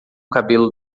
cabelo